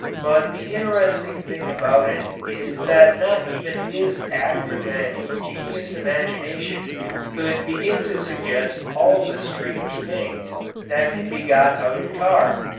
but the interesting thing about it is that not even his active and ingenious imagination could begin to suggest all of the strange things that can be got out of tar,